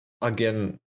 again